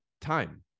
time